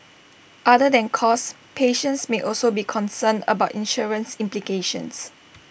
other than cost patients may also be concerned about insurance implications